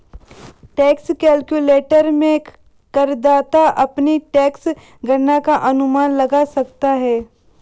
tax calculator में करदाता अपनी टैक्स गणना का अनुमान लगा सकता है